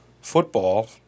football